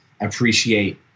appreciate